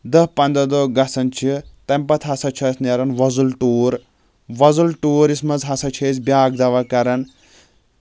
دہ پنٛداہ دۄہ گژھان چھِ تَمہِ پَتہٕ ہسا چھُ اتھ نیران وۄزُل ٹوٗر وۄزُل ٹوٗرِس منٛز ہسا چھِ أسۍ بیاکھ دوا کران